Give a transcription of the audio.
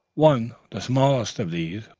one, the smallest of these,